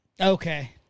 Okay